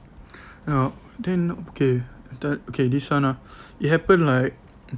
ah then okay okay this [one] ah it happen like